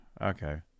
okay